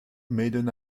maiden